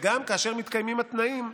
וגם כאשר מתקיימים התנאים,